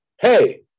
hey